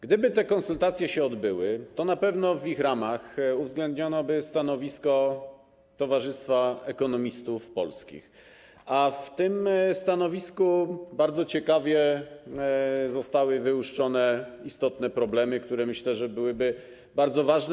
Gdyby te konsultacje się odbyły, to na pewno w ich ramach uwzględniono by stanowisko Towarzystwa Ekonomistów Polskich, a w tym stanowisku bardzo ciekawie zostały wyłuszczone istotne problemy, które, jak myślę, byłyby bardzo ważne.